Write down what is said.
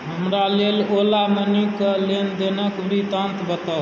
हमरा लेल ओला मनी कऽ लेनदेनक वृतान्त बताउ